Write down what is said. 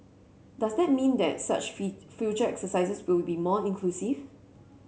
does that mean that such future exercises will be more inclusive